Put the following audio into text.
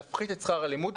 להפחית את שכר הלימוד.